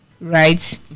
Right